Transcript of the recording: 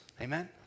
Amen